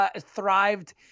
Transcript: thrived